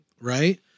right